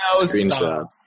screenshots